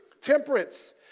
Temperance